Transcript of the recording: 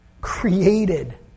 created